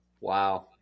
wow